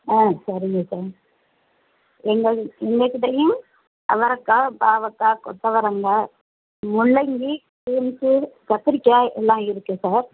ஆ சரிங்க சார் எங்கள் எங்கக்கிட்டேயும் அவரைக்கா பாவக்காய் கொத்தவரங்காய் முள்ளங்கி பீன்ஸு கத்திரிக்காய் எல்லாம் இருக்குது சார்